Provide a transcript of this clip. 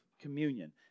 communion